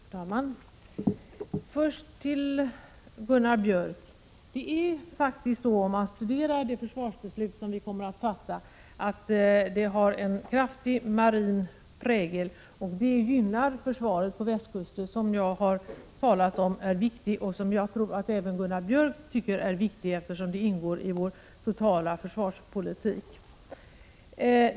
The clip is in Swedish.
Fru talman! Först till Gunnar Björk i Gävle: Om man studerar det försvarsbeslut som vi kommer att fatta ser man faktiskt att det har en kraftig marin prägel, och det gynnar försvaret på västkusten, som jag har sagt är viktigt och som jag tror att även Gunnar Björk tycker är viktigt, eftersom det ingår i vår totala försvarspolitik.